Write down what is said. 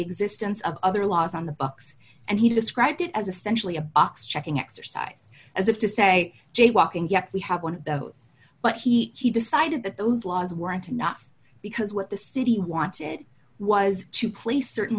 existence of other laws on the books and he described it as a centrally a box checking exercise as if to say jaywalking yet we have one of those but he decided that those laws weren't enough because what the city wanted was to play certain